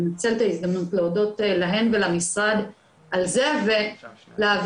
לנצל את ההזדמנות להודות להם ולמשרד על זה ולהעביר